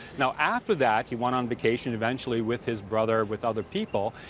now, after that, he went on vacation eventually with his brother, with other people,